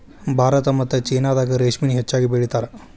ಭಾರತಾ ಮತ್ತ ಚೇನಾದಾಗ ರೇಶ್ಮಿನ ಹೆಚ್ಚಾಗಿ ಬೆಳಿತಾರ